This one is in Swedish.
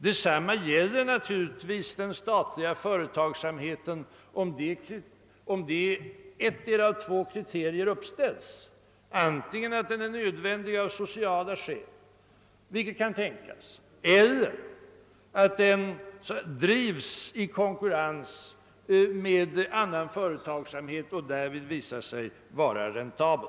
Det gäller naturligtvis även den statliga företagsamheten, om ettdera av följande kriterier uppställs: antingen att den är nödvändig av sociala skäl — vilket kan tänkas — eller att den i konkurrens på lika villkor med annan företagsamhet visar sig vara räntabel.